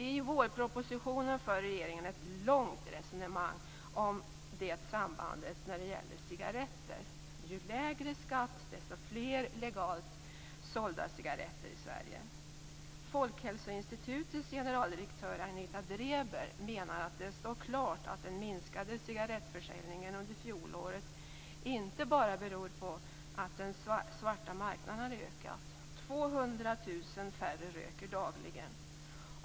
I vårpropositionen för regeringen ett långt resonemang om det sambandet när det gäller cigaretter. Ju lägre skatt desto fler legalt sålda cigaretter i Sverige. Folkhälsoinstitutets generaldirektör Agneta Dreber menar att det står klart att den minskade cigarettförsäljningen under fjolåret inte bara beror på att den svarta marknaden har ökat. 200 000 färre röker dagligen.